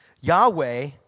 Yahweh